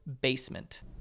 BASEMENT